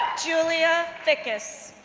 julia fickes,